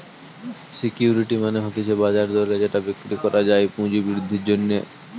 security মানে হতিছে বাজার দরে যেটা বিক্রি করা যায় পুঁজি বৃদ্ধির জন্যে